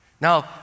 Now